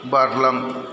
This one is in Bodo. बारलां